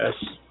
Yes